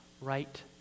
right